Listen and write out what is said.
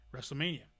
WrestleMania